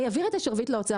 אני אעביר את השרביט לאוצר,